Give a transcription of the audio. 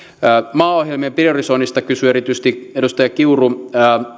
maaohjelmien priorisoinnista kysyi erityisesti edustaja kiuru